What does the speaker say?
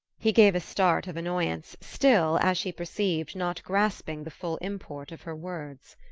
he gave a start of annoyance, still, as she perceived, not grasping the full import of her words.